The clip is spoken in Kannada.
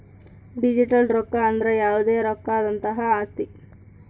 ಡಿಜಿಟಲ್ ರೊಕ್ಕ ಅಂದ್ರ ಯಾವ್ದೇ ರೊಕ್ಕದಂತಹ ಆಸ್ತಿ